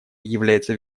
является